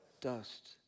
Dust